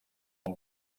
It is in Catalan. bon